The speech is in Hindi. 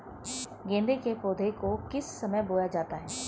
गेंदे के पौधे को किस समय बोया जाता है?